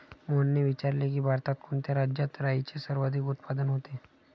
मोहनने विचारले की, भारतात कोणत्या राज्यात राईचे सर्वाधिक उत्पादन होते?